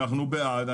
אנחנו בעד.